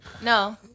No